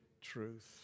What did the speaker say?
truth